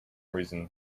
reason